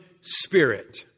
spirit